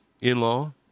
in-law